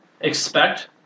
expect